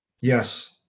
yes